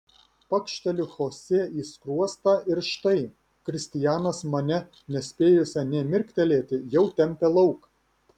pakšteliu chosė į skruostą ir štai kristianas mane nespėjusią nė mirktelėti jau tempia lauk